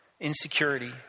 insecurity